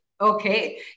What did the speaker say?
Okay